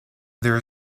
there